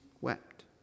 wept